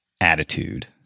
attitude